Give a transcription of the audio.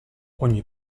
ogni